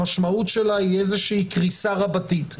המשמעות שלה היא איזה שהיא קריסה רבתית?